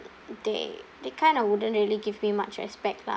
they they kind of wouldn't really give me much respect lah